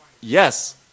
yes